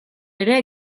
ere